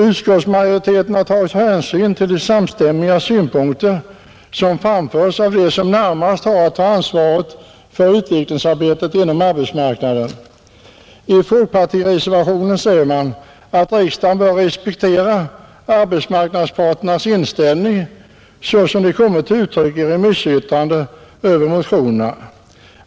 Utskottsmajoriteten har tagit hänsyn till de samstämmiga synpunkter som framförts av dem som närmast har att ta ansvaret för utvecklingsarbetet inom arbetsmarknaden. I folkpartireservationen säger man att riksdagen bör respektera arbetsmarknadsparternas inställning så som de kommit till uttryck i remissyttrandena över motionerna.